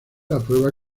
aprueba